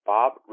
Bob